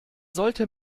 sollte